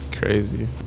Crazy